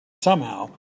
somehow